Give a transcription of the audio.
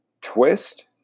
twist